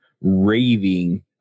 raving